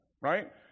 right